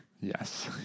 Yes